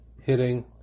hitting